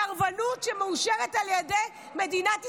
סרבנות שמאושרת על ידי מדינת ישראל.